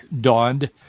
dawned